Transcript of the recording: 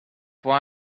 why